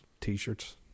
t-shirts